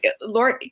Lori